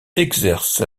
exerce